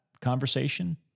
conversation